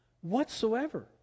whatsoever